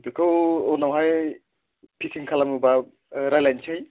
बेखौ उनावहाय फिटिं खालामोबा रायज्लायनोसै